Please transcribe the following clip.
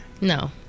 No